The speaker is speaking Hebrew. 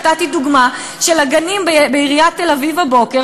נתתי דוגמה של הגנים בעיריית תל-אביב הבוקר,